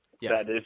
Yes